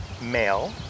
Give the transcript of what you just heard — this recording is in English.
male